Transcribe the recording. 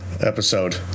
episode